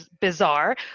bizarre